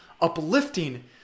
uplifting